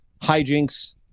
hijinks